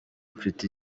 mfite